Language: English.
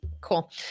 cool